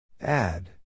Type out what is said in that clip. Add